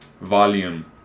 volume